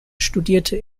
studierte